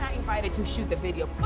invited to shoot the video.